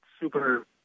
super